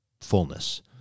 fullness